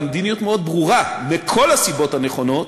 והמדיניות מאוד ברורה: מכל הסיבות הנכונות,